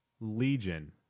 Legion